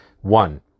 one